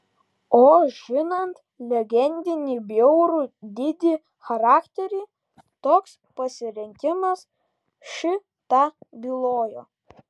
o žinant legendinį bjaurų didi charakterį toks pasirinkimas šį tą bylojo